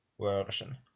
version